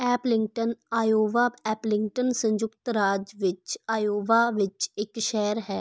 Aplington Iowa Aplington ਸੰਯੁਕਤ ਰਾਜ ਵਿੱਚ ਆਇਓਵਾ ਵਿੱਚ ਇੱਕ ਸ਼ਹਿਰ ਹੈ